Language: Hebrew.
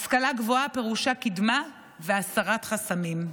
ההשכלה הגבוהה פירושה קידמה והסרת חסמים.